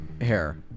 Hair